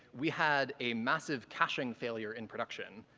we had a massive caching failure in production.